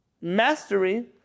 mastery